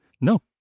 No